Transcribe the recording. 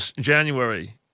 January